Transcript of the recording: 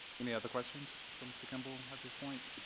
any other questions for mr. kimball at this point.